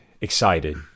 excited